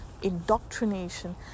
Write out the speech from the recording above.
indoctrination